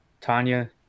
Tanya